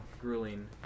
grueling